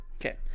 Okay